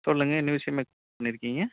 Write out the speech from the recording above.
சொல்லுங்கள் என்ன விஷயமா பண்ணியிருக்கீங்க